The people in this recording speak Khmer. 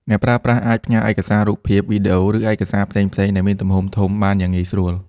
អ្នកប្រើប្រាស់អាចផ្ញើឯកសាររូបភាព វីដេអូ ឬឯកសារផ្សេងៗដែលមានទំហំធំបានយ៉ាងងាយស្រួល។